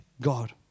God